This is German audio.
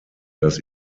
das